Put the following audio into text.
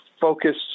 focus